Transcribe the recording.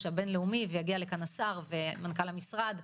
הבין לאומי ויגיע לכאן השר ומנכ"ל המשרד,